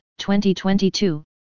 2022